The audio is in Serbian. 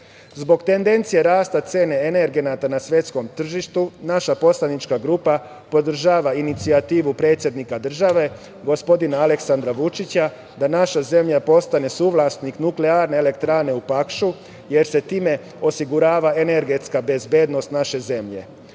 tendencije cene energenata na svetskom tržištu, naša poslanička grupa podržava inicijativu predsednika države, gospodina Aleksandra Vučića, da naša zemlja postane suvlasnik nuklearne elektrane u Pakšu, jer se time osigurava energetska bezbednost naše